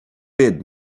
bid